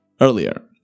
earlier